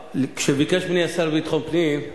כשביקש ממני השר לביטחון פנים,